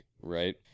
right